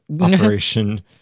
Operation